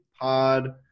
Pod